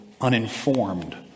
uninformed